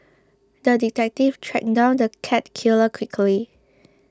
the detective tracked down the cat killer quickly